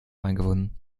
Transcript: eingefunden